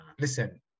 Listen